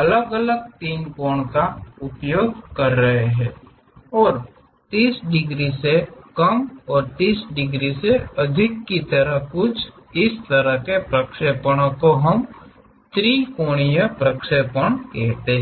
अलग अलग तीन कोण का उपयोग कर रहे हैं और 30 डिग्री से कम और 30 डिग्री से अधिक की तरह कुछ इस तरह के प्रक्षेपणों को हम त्रिकोणीय प्रक्षेपण कहते हैं